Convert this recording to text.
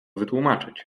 wytłumaczyć